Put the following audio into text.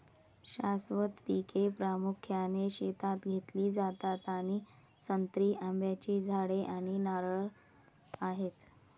शाश्वत पिके प्रामुख्याने शेतात घेतली जातात आणि संत्री, आंब्याची झाडे आणि नारळ आहेत